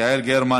יעל גרמן,